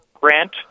grant